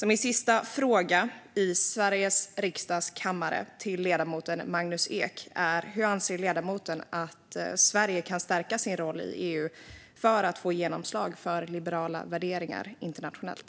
Min sista fråga i Sveriges riksdags kammare till ledamoten Magnus Ek är därför: Hur anser ledamoten att Sverige kan stärka sin roll i EU för att få genomslag för liberala värderingar internationellt?